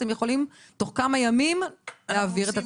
אתם יכולים תוך כמה ימים להעביר את התשלום.